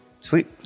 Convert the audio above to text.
sweet